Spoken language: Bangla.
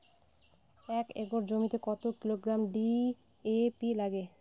এক একর জমিতে কত কিলোগ্রাম ডি.এ.পি লাগে?